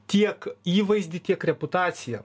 tiek įvaizdį tiek reputaciją